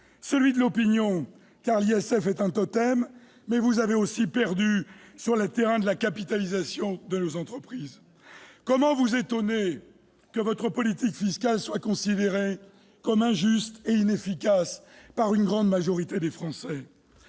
celui de l'opinion, car l'ISF est un totem, et celui de la capitalisation de nos entreprises. Comment vous étonner que votre politique fiscale soit considérée comme injuste et inefficace par une grande majorité des Français ?